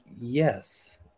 Yes